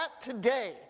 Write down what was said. today